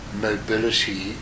mobility